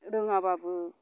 रोङाबाबो